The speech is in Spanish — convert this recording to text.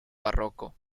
barroco